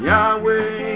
Yahweh